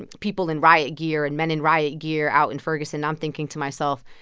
and people in riot gear and men in riot gear out in ferguson, i'm thinking to myself,